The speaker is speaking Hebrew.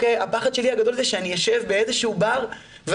הפחד הגדול שלי הוא זה שאני אשב באיזה שהוא בר ואני